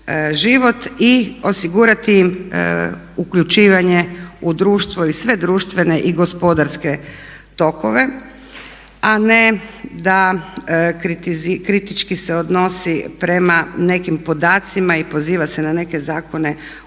i osigurati im uključivanje u društvo i sve društvene i gospodarske tokove a ne da kritički se odnosi prema nekim podacima i poziva se na neke zakone unutar